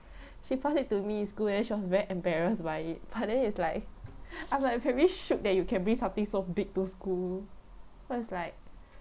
she pass it to me in school and then she was very embarrassed by it but then it's like I'm like very shook that you can bring something so big to school cause like